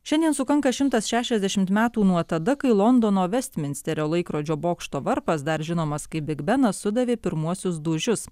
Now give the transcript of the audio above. šiandien sukanka šimtas šešiasdešimt metų nuo tada kai londono vestminsterio laikrodžio bokšto varpas dar žinomas kaip bigbenas sudavė pirmuosius dūžius